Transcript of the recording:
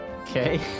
Okay